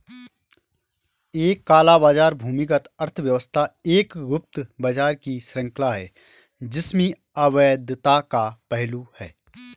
एक काला बाजार भूमिगत अर्थव्यवस्था एक गुप्त बाजार की श्रृंखला है जिसमें अवैधता का पहलू है